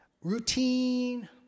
Routine